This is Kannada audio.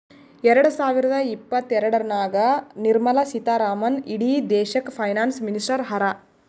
ಎರಡ ಸಾವಿರದ ಇಪ್ಪತ್ತಎರಡನಾಗ್ ನಿರ್ಮಲಾ ಸೀತಾರಾಮನ್ ಇಡೀ ದೇಶಕ್ಕ ಫೈನಾನ್ಸ್ ಮಿನಿಸ್ಟರ್ ಹರಾ